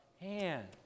hand